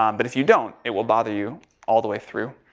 um but if you don't, it will bother you all the way through.